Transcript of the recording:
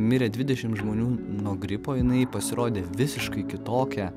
mirė dvidešimt žmonių nuo gripo jinai pasirodė visiškai kitokia